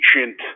ancient